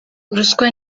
ruswa